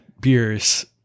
beers